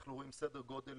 אנחנו רואים סדר גודל